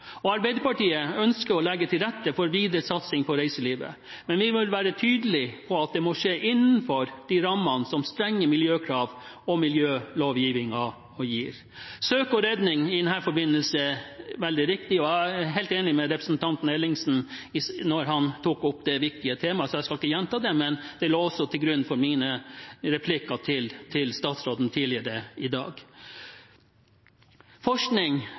Arbeiderpartiet ønsker å legge til rette for videre satsing på reiselivet, men vi vil være tydelig på at det må skje innenfor de rammene som strenge miljøkrav og miljølovgivning gir. Søk og redning er i denne forbindelse veldig viktig. Jeg er helt enig med representanten Ellingsen, som tok opp det viktige temaet, så jeg skal ikke gjenta det, men det lå også til grunn for mine replikker til statsråden tidligere i dag. Forskning